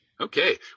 okay